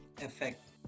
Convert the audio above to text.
effect